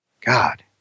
God